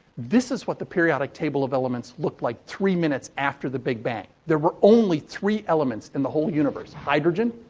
this is what the periodic table of elements looked like three minutes after the big bang. there were only three elements in the whole universe. hydrogen,